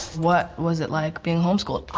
what was it like being homeschooled?